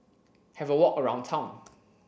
have a walk around town